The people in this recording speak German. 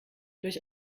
durch